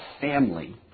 family